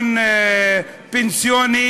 חיסכון פנסיוני